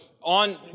on